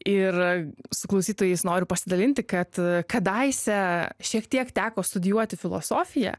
ir su klausytojais noriu pasidalinti kad kadaise šiek tiek teko studijuoti filosofiją